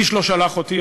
איש לא שלח אותי,